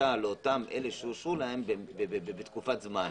ההחלטה לאותם אלה שאושרו להם בתקופת זמן.